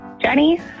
Jenny